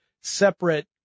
separate